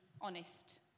honest